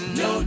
no